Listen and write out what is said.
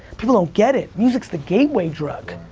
people don't get it, music's the gateway drug.